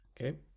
Okay